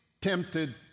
tempted